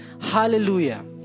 Hallelujah